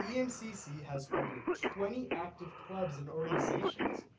yeah emcc has over twenty active clubs and organizations.